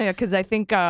yeah because i think